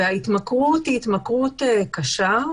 וההתמכרות היא התמכרות קשה,